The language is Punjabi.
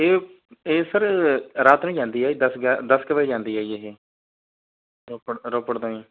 ਇਹ ਇਹ ਸਰ ਰਾਤ ਨੂੰ ਜਾਂਦੀ ਆ ਜੀ ਦਸ ਗਿਆ ਦਸ ਕੁ ਵਜੇ ਜਾਂਦੀ ਆ ਜੀ ਇਹ ਰੋਪੜ ਰੋਪੜ ਤੋਂ ਜੀ